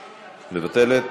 מבטלת?